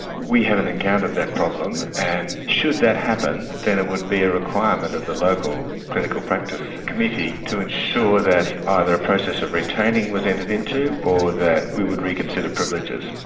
we haven't encountered that problem and should that happen then it would be a requirement of the local clinical practice committee to ensure that either a process of retaining was entered into or that we would reconsider privileges.